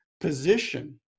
position